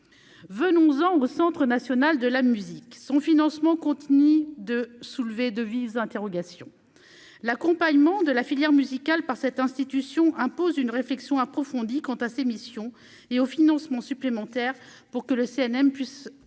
venons-en au Centre national de la musique, son financement Contini de soulever de vives interrogations l'accompagnement de la filière musicale par cette institution, impose une réflexion approfondie quant à ses missions et au financement supplémentaire pour que le CNM plus